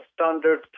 standard